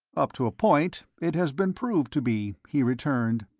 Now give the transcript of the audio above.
up to a point it has been proved to be, he returned.